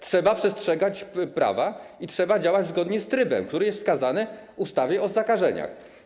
Trzeba przestrzegać prawa i trzeba działać zgodnie z trybem, który jest wskazany w ustawie o zakażeniach.